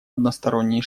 односторонние